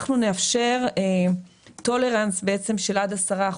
אנחנו נאפשר טולרנס של עד 10%,